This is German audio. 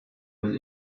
will